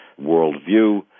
worldview